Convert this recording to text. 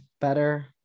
better